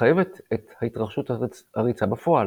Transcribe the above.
מחייבת את התרחשות הריצה בפועל,